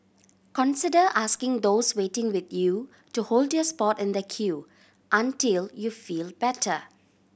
consider asking those waiting with you to hold your spot in the queue until you feel better